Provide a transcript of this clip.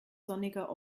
sonniger